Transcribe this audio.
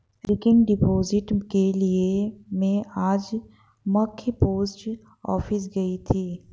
recurring deposit के लिए में आज मख्य पोस्ट ऑफिस गयी थी